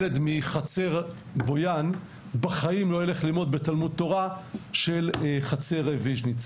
שילד מחצר בויאן בחיים לא ילך ללמוד בתלמוד תורה של חצר ויז'ניץ.